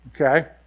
Okay